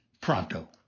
pronto